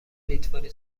لیتوانی